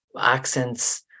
accents